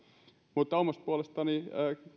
mutta omasta puolestani